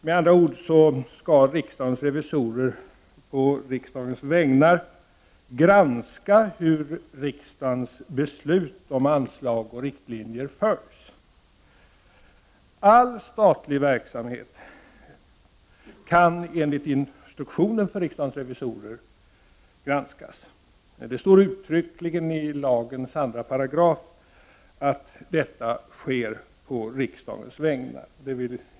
Med andra ord skall riksdagens revisorer å riksdagens vägnar granska hur riksdagens beslut om anslag och riktlinjer följs. All statlig verksamhet kan enligt instruktionen för riksdagens revisorer granskas. Det står uttryckligen i lagens andra paragraf att detta sker på riksdagens vägnar.